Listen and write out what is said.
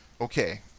Okay